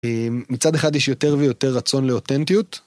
מצד אחד יש יותר ויותר רצון לאותנטיות.